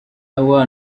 hawa